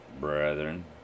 brethren